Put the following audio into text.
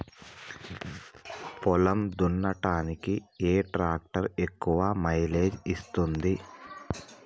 పొలం దున్నడానికి ఏ ట్రాక్టర్ ఎక్కువ మైలేజ్ ఇస్తుంది?